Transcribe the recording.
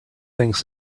things